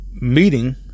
meeting